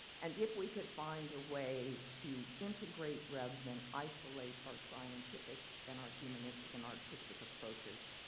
and if we could find a way to integrate rather than isolate our scientific, and our humanistic and artistic approaches,